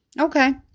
Okay